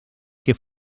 què